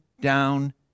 down